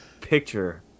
picture